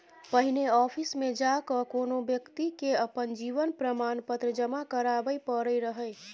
पहिने आफिसमे जा कए कोनो बेकती के अपन जीवन प्रमाण पत्र जमा कराबै परै रहय